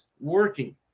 working